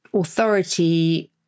authority